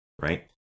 right